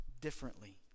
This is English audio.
differently